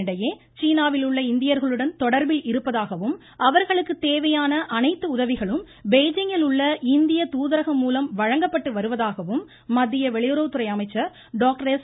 இதனிடையே சீனாவில் உள்ள இந்தியர்களுடன் தொடர்பில் இருப்பதாகவும் அவர்களுக்கு தேவையான அனைத்து உதவிகளும் பெய்ஜிங்கில் உள்ள இந்திய தூதரகம் மூலம் வழங்கப்பட்டு வருவதாகவும் மத்திய வெளியுறவுத்துறை அமைச்சர் டாக்டர் எஸ்